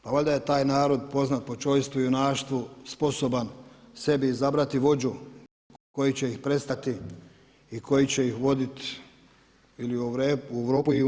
Pa valjda je taj narod poznat po čojstvu i junaštvu, sposoban sebi izabrati vođu koji će ih predstavljati i koji će ih voditi ili u Europu i NATO.